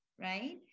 right